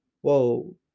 Whoa